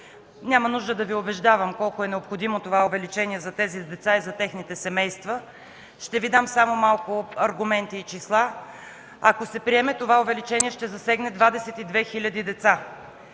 Няма нужда да Ви убеждавам колко е необходимо това увеличение за тези деца и техните семейства. Ще Ви дам само малко аргументи и числа. Ако се приеме, това увеличение ще засегне 22 хиляди деца,